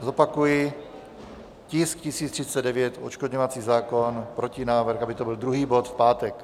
Zopakuji: tisk 1039, odškodňovací zákon, protinávrh, aby to byl druhý bod v pátek.